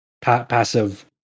passive